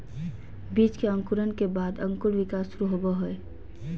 बीज के अंकुरण के बाद अंकुर विकास शुरू होबो हइ